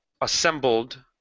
assembled